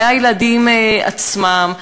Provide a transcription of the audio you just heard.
מהילדים עצמם,